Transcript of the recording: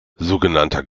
sogenannter